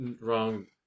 wrong